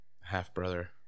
half-brother